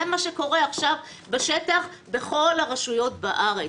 זה מה שקורה עכשיו בשטח בכל הרשויות בארץ.